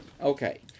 Okay